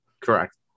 Correct